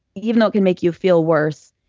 even though it can make you feel worse,